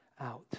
out